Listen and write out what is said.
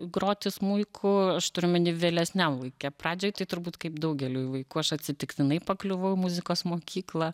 groti smuiku aš turiu omeny vėlesniam laike pradžioj tai turbūt kaip daugeliui vaikų aš atsitiktinai pakliuvau į muzikos mokyklą